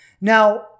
Now